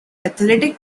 athletic